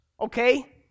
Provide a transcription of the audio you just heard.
okay